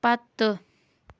پَتہٕ